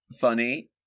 funny